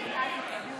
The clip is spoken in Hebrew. אדוני היושב-ראש, כבוד